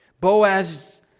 Boaz